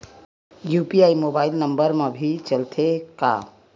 UPI mobile number मा भी चलते हे का?